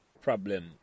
problem